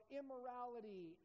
immorality